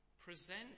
Present